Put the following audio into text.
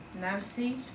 Nancy